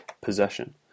possession